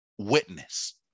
Witness